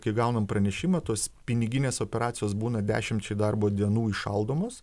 kai gaunam pranešimą tos piniginės operacijos būna dešimčiai darbo dienų įšaldomos